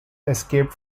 escaped